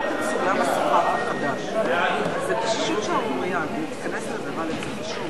ההצעה להעביר את הנושא לוועדת הכספים